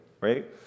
right